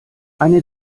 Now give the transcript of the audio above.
eine